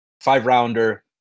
five-rounder